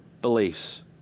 beliefs